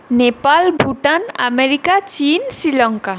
Nepal Bhutan America চীন শ্রীলঙ্কা